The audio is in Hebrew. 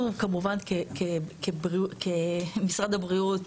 אנחנו כמובן כמשרד הבריאות